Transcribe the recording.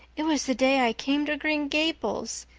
it was the day i came to green gables.